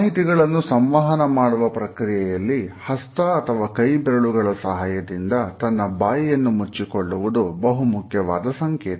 ಮಾಹಿತಿಗಳನ್ನು ಸಂವಹನ ಮಾಡುವ ಪ್ರಕ್ರಿಯೆಯಲ್ಲಿ ಹಸ್ತ ಅಥವಾ ಕೈ ಬೆರಳುಗಳ ಸಹಾಯದಿಂದ ತನ್ನ ಬಾಯಿಯನ್ನು ಮುಚ್ಚಿಕೊಳ್ಳುವುದು ಬಹುಮುಖ್ಯವಾದ ಸಂಕೇತ